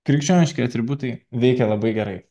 krikščioniški atributai veikia labai gerai